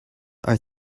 are